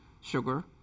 sugar